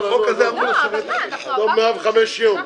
105 ימים.